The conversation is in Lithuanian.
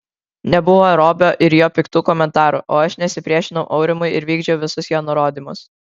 nebuvo robio ir jo piktų komentarų o aš nesipriešinau aurimui ir vykdžiau visus jo nurodymus